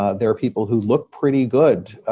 ah there are people who look pretty good,